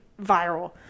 viral